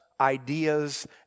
ideas